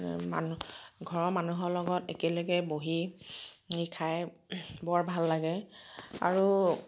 মানুহ ঘৰৰ মানুহৰ লগত একেলগে বহি খাই বৰ ভাল লাগে আৰু